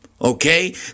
Okay